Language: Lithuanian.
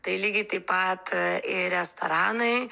tai lygiai taip pat ir restoranai